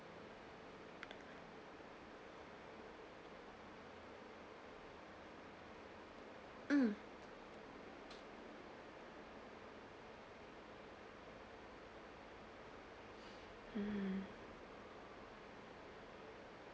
mm mm